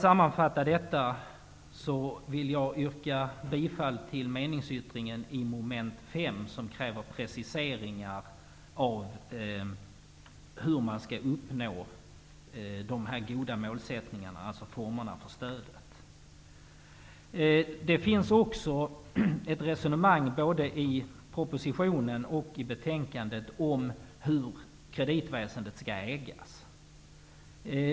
Jag vill yrka bifall till meningsyttringen avseende mom. 5, där vi kräver preciseringar av hur man skall uppnå de goda målsättningarna. Det gäller alltså formerna för stödet. Både i propositionen och i betänkandet förs ett resonemang om hur kreditväsendet skall ägas.